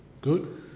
good